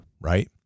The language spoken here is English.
right